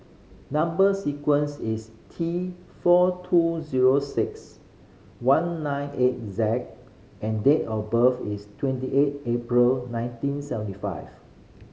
number sequence is T four two zero six one nine eight Z and date of birth is twenty eight April nineteen seventy five